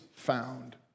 found